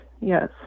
Yes